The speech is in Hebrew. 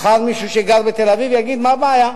מחר מישהו שגר בתל-אביב יגיד: מה הבעיה?